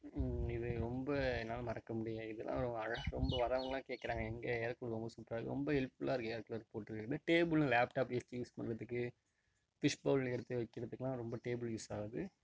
இது ரொம்ப என்னால் மறக்க முடியாது இதெலாம் அழகாக ரொம்ப வரவுங்களா கேட்குறாங்க எங்கே ஏர்கூலர் ரொம்ப சூப்பராக இருக்கு ரொம்ப ஹெல்ப்ஃபுலாக இருக்கு ஏர்கூலர் போட்ருக்குறது டேபுளும் லேப்டாப் வச்சு யூஸ் பண்ணுறதுக்கு ஃபிஷ் பவுல் எடுத்து வக்கிறதுக்குலா ரொம்ப டேபுள் யூஸ் ஆவுது